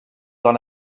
dans